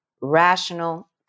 rational